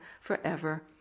forever